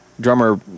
drummer